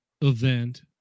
event